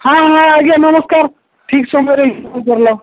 ହଁ ହଁ ଆଜ୍ଞା ନମସ୍କାର ଠିକ୍ ସମୟରେ କରିଲ